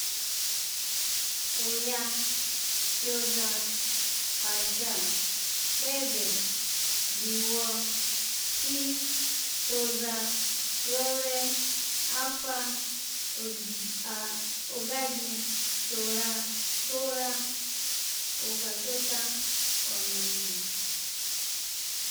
Oya, kyoza, pasha, kpebe, gbiwo, shi, toza, rore, afa, ogiji-ogaji, tora-tora, oga tota, omene.